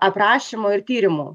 aprašymo ir tyrimų